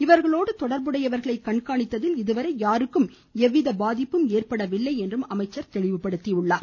இவர்களோடு தொடர்புடையவர்களை கண்காணித்ததில் இதுவரை யாருக்கும் எவ்வித பாதிப்பும் இல்லை என்றும் அமைச்சர் கூறினார்